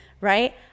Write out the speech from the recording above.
right